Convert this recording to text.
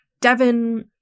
Devon